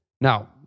Now